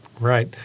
Right